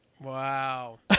Wow